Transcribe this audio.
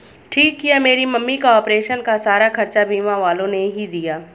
ठीक किया मेरी मम्मी का ऑपरेशन का सारा खर्चा बीमा वालों ने ही दिया